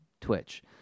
Twitch